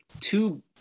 two